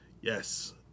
Yes